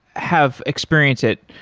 have experienced it.